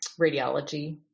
radiology